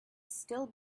still